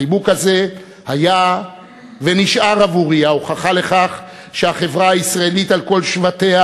החיבוק הזה היה ונשאר עבורי ההוכחה לכך שהחברה הישראלית על כל שבטיה,